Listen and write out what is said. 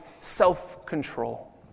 self-control